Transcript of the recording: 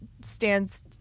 stands